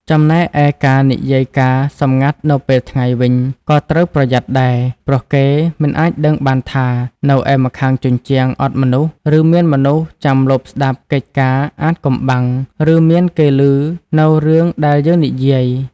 ចំណែកឯការនិយាយការណ៍សម្ងាត់នៅពេលថ្ងៃវិញ ក៏ត្រូវប្រយ័ត្នដែរ ព្រោះគេមិនអាចដឹងបានថា នៅឯម្ខាងជញ្ជាំងអត់មនុស្ស ឬមានមនុស្សចាំលបស្ដាប់កិច្ចការអាថ៌កំបាំង ឬមានគេឮនូវរឿងដែលយើងនិយាយ។